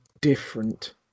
different